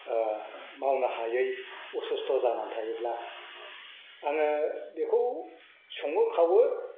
मावनो हायै असुस्थ जानानै थायोब्ला आङो बेखौ सङो खावो